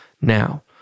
Now